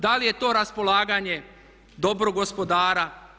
Da li je to raspolaganje dobrog gospodara?